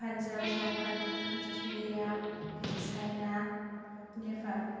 Punjab Japan Australia China Nepal